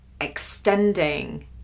extending